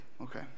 Okay